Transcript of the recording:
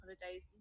holidays